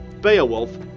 Beowulf